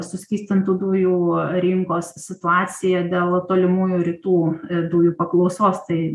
suskystintų dujų rinkos situacija dėl tolimųjų rytų dujų paklausos tai